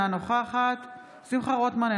אינה נוכחת שמחה רוטמן,